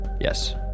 Yes